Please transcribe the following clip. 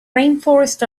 rainforests